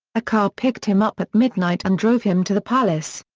a car picked him up at midnight and drove him to the palace.